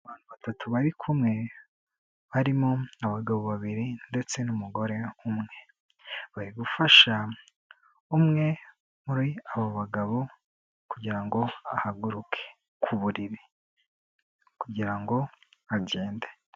Abantu batatu bari kumwe, barimo abagabo babiri ndetse n'umugore umwe, bari gufasha umwe, muri abo bagabo kugirango ahaguruke ku buriri, kugira ngo agende.